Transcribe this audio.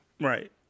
Right